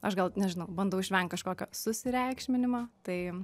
aš gal nežinau bandau išvengt kažkokio susireikšminimo tai